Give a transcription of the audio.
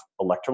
electrolytes